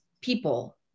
people